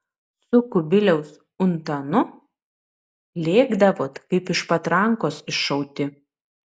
su kubiliaus untanu lėkdavot kaip iš patrankos iššauti